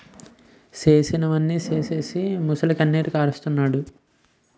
చేసినవన్నీ సేసీసి మొసలికన్నీరు కారస్తన్నాడు